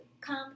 come